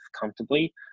comfortably